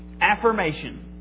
Affirmation